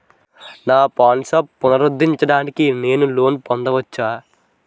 నా పాన్ షాప్ని పునరుద్ధరించడానికి నేను లోన్ పొందవచ్చా?